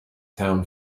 town